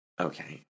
Okay